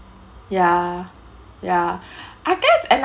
ya ya I guess another